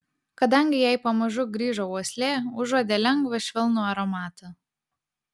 kadangi jai pamažu grįžo uoslė užuodė lengvą švelnų aromatą